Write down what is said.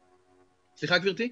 אוקיי,